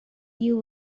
you